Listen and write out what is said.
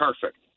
perfect